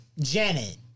Janet